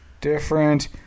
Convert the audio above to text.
Different